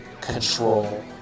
control